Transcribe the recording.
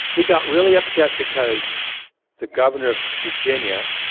we got really upset because the governor of virginia,